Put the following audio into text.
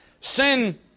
Sin